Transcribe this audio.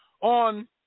on